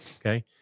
Okay